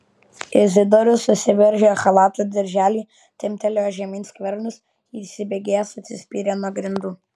izidorius susiveržė chalato dirželį timptelėjo žemyn skvernus ir įsibėgėjęs atsispyrė nuo grindų